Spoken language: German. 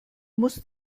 musst